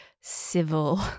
civil